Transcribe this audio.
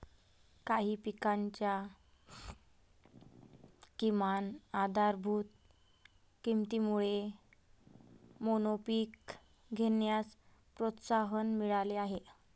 काही पिकांच्या किमान आधारभूत किमतीमुळे मोनोपीक घेण्यास प्रोत्साहन मिळाले आहे